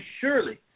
surely